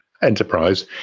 enterprise